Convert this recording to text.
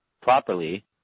properly